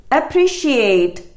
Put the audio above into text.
appreciate